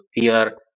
fear